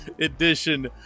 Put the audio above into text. edition